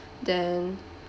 then